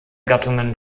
gattungen